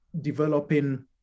developing